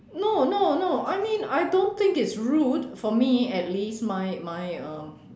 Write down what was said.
no no no I mean I don't think it's rude for me at least my my um